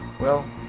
well.